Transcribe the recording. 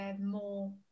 more